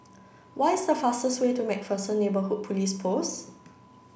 what is the fastest way to MacPherson Neighbourhood Police Post